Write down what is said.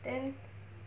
then